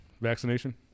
vaccination